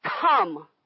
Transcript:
Come